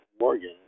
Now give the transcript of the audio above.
Morgan